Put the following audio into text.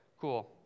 Cool